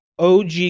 OG